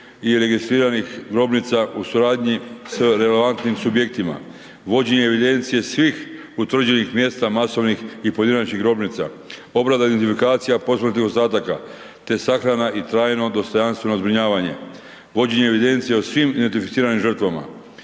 i registriranih grobnica u suradnji s relevantnim subjektima. Vođenje evidencije svih utvrđenih mjesta masovnih i pojedinačnih grobnica, obrada identifikacija posmrtnih ostataka te sahrana i trajno dostojanstveno zbrinjavanje, vođenje evidencije o svim identificiranim žrtvama,